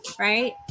right